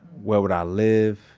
where would i live?